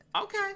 Okay